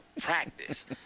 practice